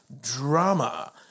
Drama